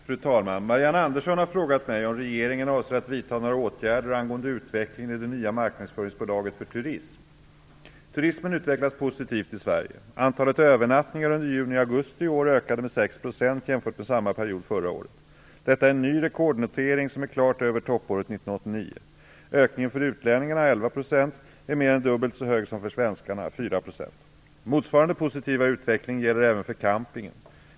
Fru talman! Marianne Andersson har frågat mig om regeringen avser att vidta några åtgärder angående utvecklingen i det nya marknadsföringsbolaget för turism. Turismen utvecklas positivt i Sverige. Antalet övernattningar under juni-augusti i år ökade med 6 % jämfört med samma period förra året. Detta är en ny rekordnotering som är klart över toppåret 1989. Ökningen för utlänningarna - 11 %- är mer än dubbelt så hög som för svenskarna - 4 %. Motsvarande positiva utveckling gäller även för campingen.